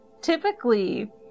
typically